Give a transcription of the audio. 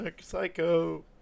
psycho